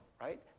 right